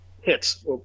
hits